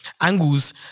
angles